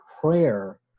prayer